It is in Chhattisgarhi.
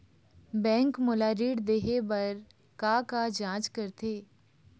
बैंक मोला ऋण देहे बार का का जांच करथे?